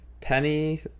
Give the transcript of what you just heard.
penny